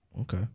Okay